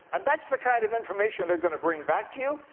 and that's the kind of information they're going to bring back to you?